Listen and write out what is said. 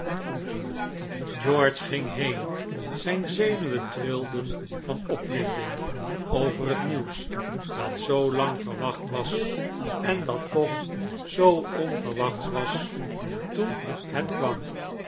george ging heen zijn zenuwen trilden van opwinding over het nieuws dat zoo lang verwacht was en dat toch zoo onverwachts was toen het kwam